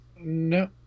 No